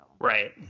Right